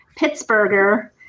Pittsburgher